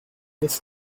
this